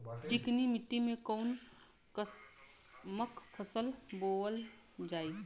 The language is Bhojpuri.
चिकनी मिट्टी में कऊन कसमक फसल बोवल जाई?